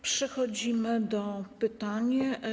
Przechodzimy do pytań.